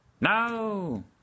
No